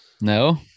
No